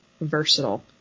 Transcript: versatile